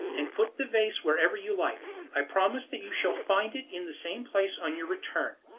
and put the vase wherever you like. i promise that you shall find it in the same place on your return.